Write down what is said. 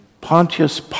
Pontius